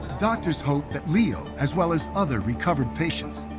doctors hope that liu, as well as other recovered patients,